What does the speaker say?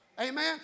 Amen